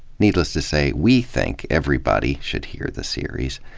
needless to say, we think everybody should hear the series.